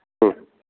ಹ್ಞೂ